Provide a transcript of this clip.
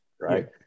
right